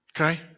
Okay